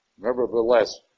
nevertheless